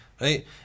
right